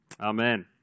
Amen